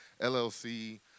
LLC